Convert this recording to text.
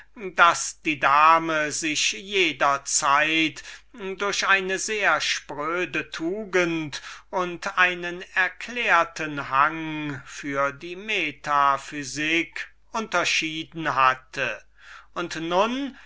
daß die dame sich jederzeit durch eine sehr spröde tugend und einen erklärten hang für die metaphysik unterschieden hatte und nun